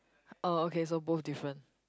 oh okay so both different